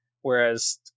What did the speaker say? whereas